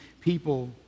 people